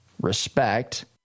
respect